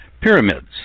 pyramids